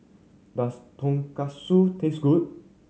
does Tonkatsu taste good